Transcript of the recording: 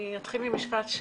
אני אתחיל ממשפט,